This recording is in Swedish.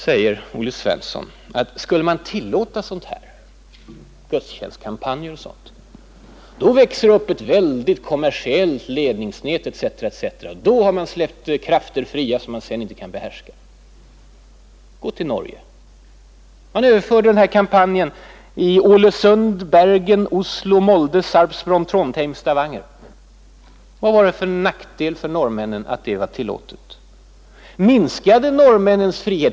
Herr Svensson säger att om man skulle tillåta gudstjänstkampanjer och liknande skulle det växa upp ett väldigt kommersiellt ledningsnät etc., då har man släppt krafter fria som sedan inte kan behärskas. Se på Norge! Väckelsekampanjen överfördes till Ålesund, Bergen, Oslo, Molde, Sarpsborg, Trondheim och Stavanger. Var det till nackdel för norrmännen att sändningarna tilläts? Minskade norrmännens frihet?